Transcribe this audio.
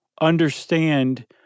understand